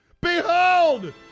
Behold